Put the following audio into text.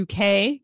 UK